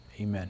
Amen